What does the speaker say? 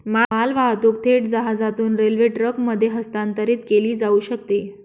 मालवाहतूक थेट जहाजातून रेल्वे ट्रकमध्ये हस्तांतरित केली जाऊ शकते